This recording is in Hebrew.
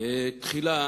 תחילה